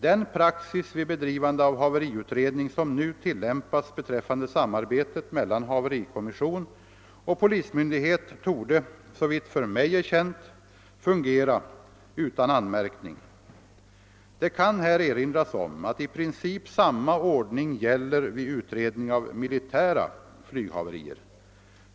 Den praxis vid bedrivande av haveriutredning som nu tillämpas beträffande samarbetet mellan haverikommission och polismyndighet torde, såvitt för mig är känt, fungera utan anmärkning. Det kan här erinras om att i princip samma ordning gäller vid utredning av militära flyghaverier.